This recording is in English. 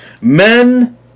Men